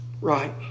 right